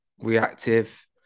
reactive